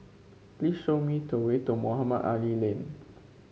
please show me the way to Mohamed Ali Lane